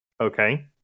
okay